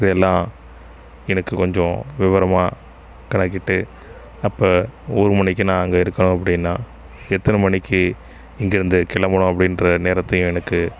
இதையெல்லாம் எனக்கு கொஞ்சம் விவரமாக கணக்கிட்டு அப்போ ஒரு மணிக்கு நான் அங்கே இருக்கணும் அப்படின்னா எத்தனை மணிக்கு இங்கேருந்து கிளம்பனும் அப்படின்ற நேரத்தையும் எனக்கு